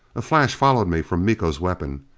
a flash followed me from miko's weapon,